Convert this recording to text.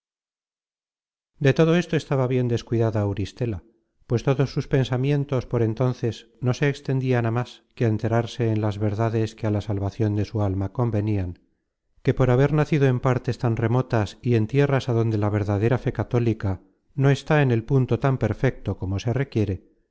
todo esto estaba bien descuidada auristela pues todos sus pensamientos por entonces no se extendian á más que á enterarse en las verdades que a la salvacion de su alma convenian que por haber nacido en partes tan remotas y en tierras adonde la verdadera fe católica no está en el punto tan perfecto como se requiere